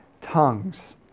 tongues